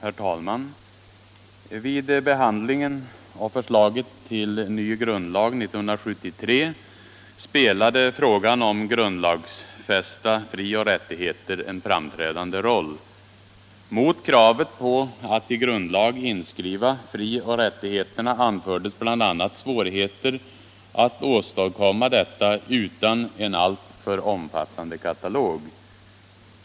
Herr talman! Vid behandlingen av förslaget till ny grundlag 1973 spelade frågan om grundlagsfästa frioch rättigheter en framträdande roll. Mot kravet på att i grundlag inskriva frioch rättigheterna anfördes bl.a. svårigheter att åstadkomma detta utan en alltför omfattande katalog.